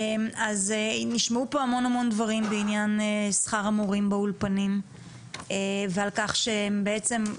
נשמעו פה המון דברים בעניין שכר המורים באולפנים ועל כך שהם בעצם,